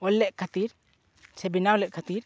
ᱚᱞ ᱞᱮᱫ ᱠᱷᱟᱹᱛᱤᱨ ᱥᱮ ᱵᱟᱱᱟᱣ ᱞᱮᱫ ᱠᱷᱟᱹᱛᱤᱨ